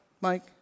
Mike